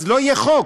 אז לא יהיה חוק,